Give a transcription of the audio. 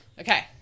Okay